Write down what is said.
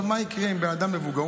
מה יקרה עם בן אדם מבוגר?